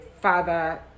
father